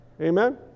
Amen